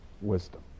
wisdom